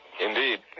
Indeed